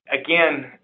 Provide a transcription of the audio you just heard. Again